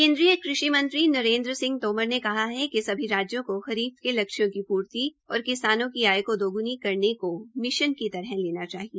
केन्द्रीय कृषिमंत्री नरेन्द्र सिंह तोमर ने कहा है कि सभी राज्यों को खरीफ के लक्ष्यों की पूर्ति और किसानों की आय को दोग्णी करने को मिशन की तरह लेना चाहिए